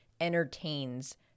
entertains